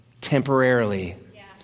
temporarily